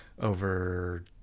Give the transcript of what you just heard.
over